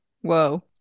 Whoa